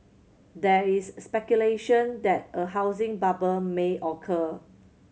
there is speculation that a housing bubble may occur